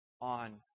on